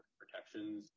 protections